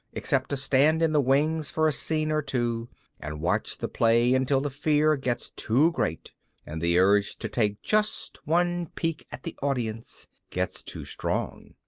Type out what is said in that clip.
except to stand in the wings for a scene or two and watch the play until the fear gets too great and the urge to take just one peek at the audience gets too strong.